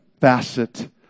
facet